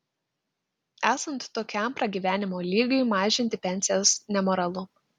esant tokiam pragyvenimo lygiui mažinti pensijas nemoralu